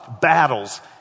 battles